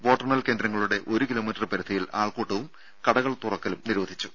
വോട്ടെണ്ണൽ കേന്ദ്രങ്ങളുടെ ഒരു കിലോമീറ്റർ പരിധിയിൽ ആൾക്കൂട്ടവും കടകൾ തുറക്കലും നിരോധിച്ചു